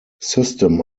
system